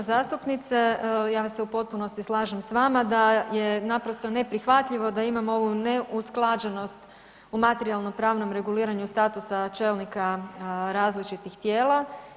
Uvažena zastupnice, ja se u potpunosti slažem sa vama da je naprosto neprihvatljivo da imamo ovu neusklađenost u materijalno-pravnom reguliranju statusa čelnika različitih tijela.